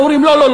אומרים: לא,